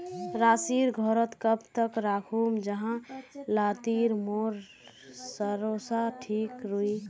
सरिस घोरोत कब तक राखुम जाहा लात्तिर मोर सरोसा ठिक रुई?